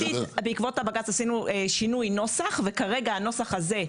רק לומר שבעקבות הבג"צ עשינו שינוי נוסח וכרגע הנוסח הזה,